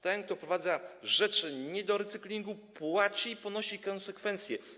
Ten, kto wprowadza rzeczy nie do recyklingu, płaci i ponosi konsekwencje.